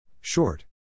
Short